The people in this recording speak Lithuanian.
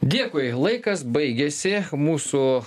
dėkui laikas baigėsi mūsų